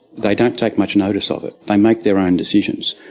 they don't take much notice of it. they make their own decisions.